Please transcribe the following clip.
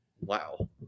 Wow